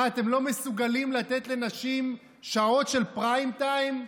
אתם לא מסוגלים לתת לנשים שעות של פריים-טיים,